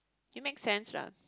it make sense lah